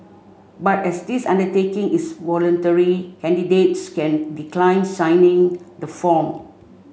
but as this undertaking is voluntary candidates can decline signing the form